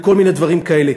וכל מיני דברים כאלה.